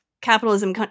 capitalism